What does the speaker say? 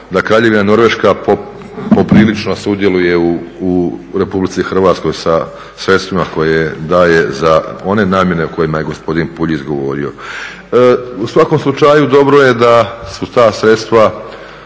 da Kraljevina Norveška poprilično sudjeluje u RH sa sredstvima koje daje za one namjene o kojima je gospodin Puljiz govorio. U svakom slučaju dobro je da su ta sredstva,